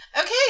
Okay